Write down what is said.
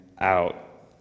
out